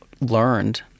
learned